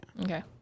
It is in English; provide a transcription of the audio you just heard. okay